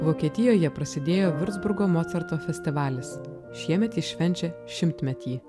vokietijoje prasidėjo vurcburgo mocarto festivalis šiemet jis švenčia šimtmetį